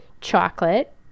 chocolate